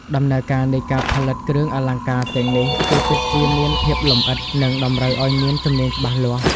ដំណើរការនៃការផលិតគ្រឿងអលង្ការទាំងនេះគឺពិតជាមានភាពលម្អិត និងតម្រូវឱ្យមានជំនាញច្បាស់លាស់។